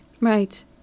right